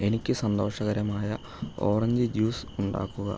എനിക്ക് സന്തോഷകരമായ orange juice ഉണ്ടാക്കുക